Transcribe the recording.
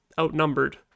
outnumbered